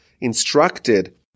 instructed